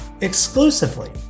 exclusively